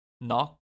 Knock